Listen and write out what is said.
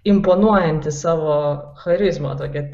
imponuojanti savo charizma tokia